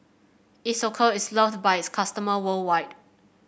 Isocal is loved by its customer worldwide